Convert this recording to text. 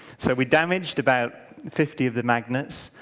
so we damaged about fifty of the magnets.